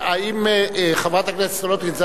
חברת הכנסת סולודקין,